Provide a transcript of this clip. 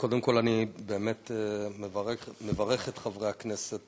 קודם כול, אני באמת מברך את חברי הכנסת